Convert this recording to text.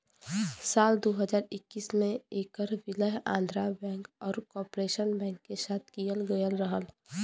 साल दू हज़ार इक्कीस में ऐकर विलय आंध्रा बैंक आउर कॉर्पोरेशन बैंक के साथ किहल गयल रहल